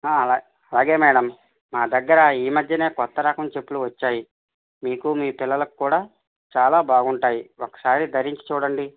అలా అలాగే మేడం నా దగ్గర ఈ మధ్యనే కొత్త రకం చెప్పులు వచ్చాయి మీకు మీ పిల్లలకు కూడా చాలా బాగుంటాయి ఒకసారి ధరించి చూడండి